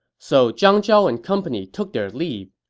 so zhang zhao and company took their leave.